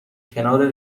کنار